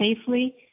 safely